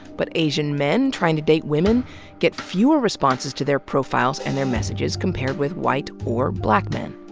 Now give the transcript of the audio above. but asian men trying to date women get fewer responses to their profiles and their messages, compared with white or black men.